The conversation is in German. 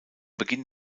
beginn